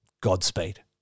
Godspeed